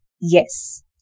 Yes